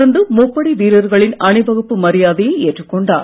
தொடர்ந்து முப்படை வீரர்களின் அணிவகுப்பு மரியாதையை ஏற்றுக் கொண்டார்